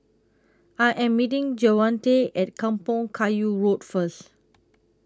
I Am meeting Javonte At Kampong Kayu Road First